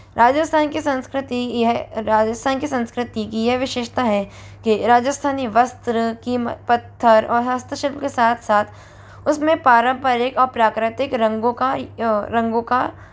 राजिस्थान की संस्कृति यह राजिस्थान की संस्कृति की यह विशेषता है कि राजिस्थानी वस्त्र की पत्थर और हस्तक्षेप के साथ साथ उस में पारम्परिक और प्राकृतिक रंगों का रंगों का